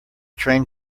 train